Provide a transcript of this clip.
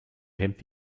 hemmt